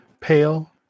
pale